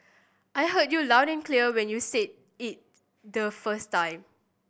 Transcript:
I heard you loud and clear when you said it the first time